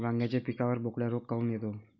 वांग्याच्या पिकावर बोकड्या रोग काऊन येतो?